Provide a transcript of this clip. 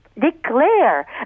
declare